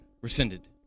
rescinded